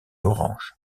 orange